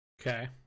Okay